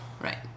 Right